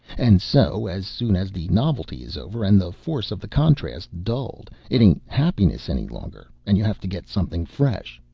and so, as soon as the novelty is over and the force of the contrast dulled, it ain't happiness any longer, and you have to get something fresh.